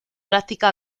práctica